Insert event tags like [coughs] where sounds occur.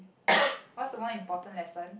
[coughs] what's the one important lesson